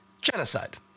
Genocide